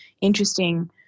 interesting